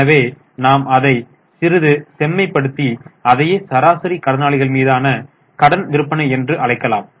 எனவே நாம் அதை சிறிது செம்மைப்படுத்தி அதையே சராசரி கடனாளிகள் மீதான கடன் விற்பனை என்று அழைக்கலாம்